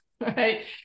right